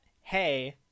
hey